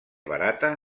barata